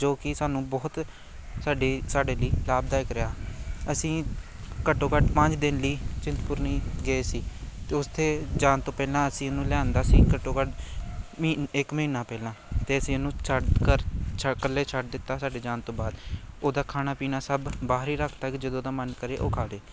ਜੋ ਕਿ ਸਾਨੂੰ ਬਹੁਤ ਸਾਡੇ ਸਾਡੇ ਲਈ ਲਾਭਦਾਇਕ ਰਿਹਾ ਅਸੀਂ ਘੱਟੋ ਘੱਟ ਪੰਜ ਦਿਨ ਲਈ ਚਿੰਤਪੁਰਨੀ ਗਏ ਸੀ ਅਤੇ ਉੱਥੇ ਜਾਣ ਤੋਂ ਪਹਿਲਾਂ ਅਸੀਂ ਇਹਨੂੰ ਲਿਆਉਂਦਾ ਸੀ ਘੱਟੋ ਘੱਟ ਮਹੀ ਇੱਕ ਮਹੀਨਾ ਪਹਿਲਾਂ ਅਤੇ ਅਸੀਂ ਇਹਨੂੰ ਛੱਡ ਘਰ ਛ ਕੱਲੇ ਛੱਡ ਦਿੱਤਾ ਸਾਡੇ ਜਾਣ ਤੋਂ ਬਾਅਦ ਉਹਦਾ ਖਾਣਾ ਪੀਣਾ ਸਭ ਬਾਹਰ ਹੀ ਰੱਖ ਤਾ ਕਿ ਜਦੋਂ ਉਹਦਾ ਮਨ ਕਰੇ ਉਹ ਖਾ ਲੇ